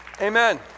Amen